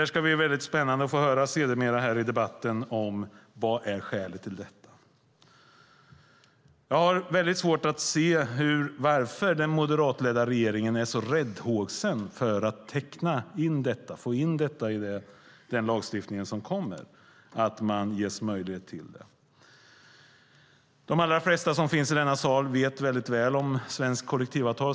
Det ska bli mycket spännande att senare i debatten få höra vad skälet till detta är. Jag har mycket svårt att se varför den moderatledda regeringen är så räddhågsen när det gäller att skriva in detta i den lagstiftning som kommer. De allra flesta som finns i denna sal känner mycket väl till svenska kollektivavtal.